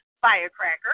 Firecracker